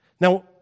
Now